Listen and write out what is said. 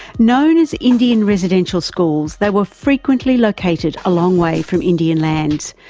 known as indian residential schools, they were frequently located a long way from indian lands,